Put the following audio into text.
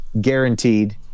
Guaranteed